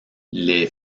les